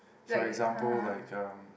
for example like um